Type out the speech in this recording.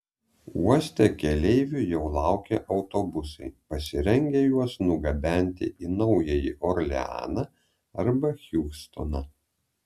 uoste keleivių jau laukia autobusai pasirengę juos nugabenti į naująjį orleaną arba hjustoną